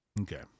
okay